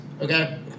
Okay